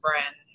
friend